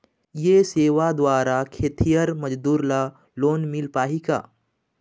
ये सेवा द्वारा खेतीहर मजदूर ला लोन मिल पाही का?